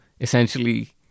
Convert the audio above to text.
essentially